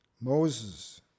Moses